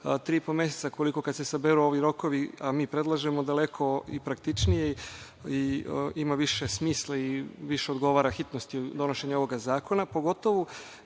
po meseca, koliko je kada se saberu svi ovi rokovi, a mi predlažemo daleko i praktičnije i ima više smisla i više odgovara hitnosti donošenja ovog zakona, pogotovu